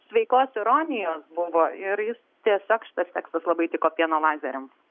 sveikos ironijos buvo ir jis tiesiog šitas tekstas labai tiko pieno lazeriams